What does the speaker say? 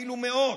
אפילו מאות,